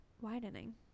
widening